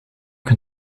can